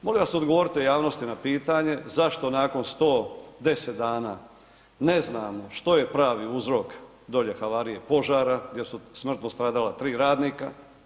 Molim vas, odgovorite javnosti na pitanje zašto nakon 110 dana ne znamo što je pravi uzrok dolje havarije, požara gdje su smrtno stradala 3 radnika.